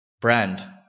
brand